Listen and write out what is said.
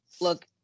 look